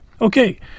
Okay